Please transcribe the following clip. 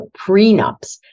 prenups